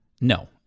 No